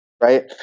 right